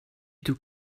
took